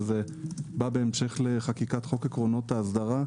וזה בא בהמשך לחקיקת חוק עקרונות האסדרה,